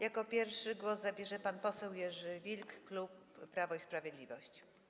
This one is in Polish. Jako pierwszy głos zabierze pan poseł Jerzy Wilk, klub Prawo i Sprawiedliwość.